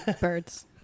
Birds